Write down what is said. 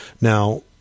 Now